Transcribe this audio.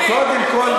קודם כול,